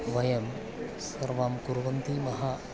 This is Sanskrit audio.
वयं सर्वं कुर्मः